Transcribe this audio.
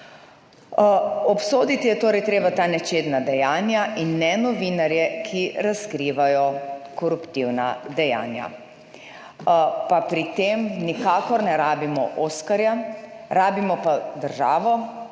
Obsoditi je torej treba ta nečedna dejanja in ne novinarje, ki razkrivajo koruptivna dejanja. Pa pri tem nikakor ne rabimo oskarja, rabimo pa državo